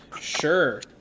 Sure